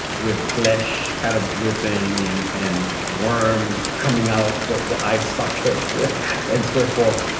with flesh kind of dripping and and worms coming out the the eye socket and so forth.